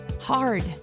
hard